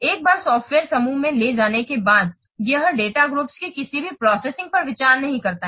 एक बार सॉफ्टवेयर समूह में ले जाने के बाद यह डाटा ग्रुप्स के किसी भी प्रोसेसिंग पर विचार नहीं करता है